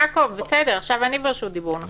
יעקב, בסדר, עכשיו אני ברשות דיבור, נכון?